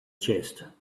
chest